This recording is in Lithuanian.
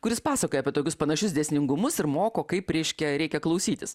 kuris pasakoja apie tokius panašius dėsningumus ir moko kaip reiškia reikia klausytis